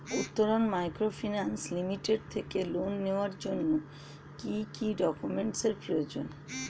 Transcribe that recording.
Uttaran Microfinance Limited থেকে loan নেওয়ার জন্য কি কি ডকুমেন্টস এর প্রয়োজন?